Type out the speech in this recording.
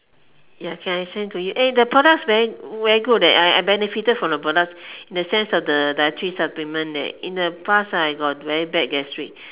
ya can I send to you eh the products very very good leh I I benefited from the products in the sense of the dietary supplements right in the past I got very bad gastric